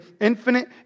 infinite